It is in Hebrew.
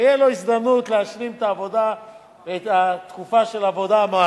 תהיה להם הזדמנות להשלים את התקופה הזאת